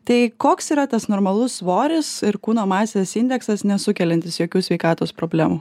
tai koks yra tas normalus svoris ir kūno masės indeksas nesukeliantis jokių sveikatos problemų